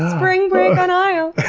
spring break on io!